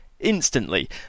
instantly